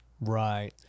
Right